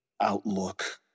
outlook